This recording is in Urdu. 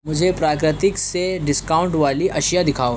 مجھے پراکرتک سے ڈسکاؤنٹ والی اشیا دکھاؤ